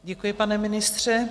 Děkuji, pane ministře.